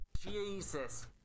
Jesus